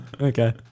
okay